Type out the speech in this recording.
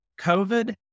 COVID